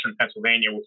Pennsylvania